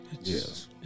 Yes